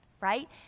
right